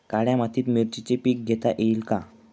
काळ्या मातीत मिरचीचे पीक घेता येईल का?